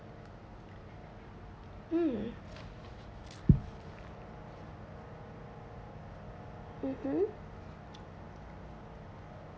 mm mmhmm